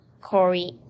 Corey